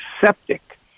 septic